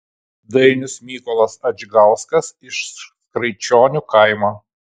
dainius mykolas adžgauskas iš skraičionių kaimo